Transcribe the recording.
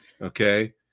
okay